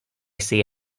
see